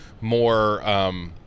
more